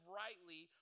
rightly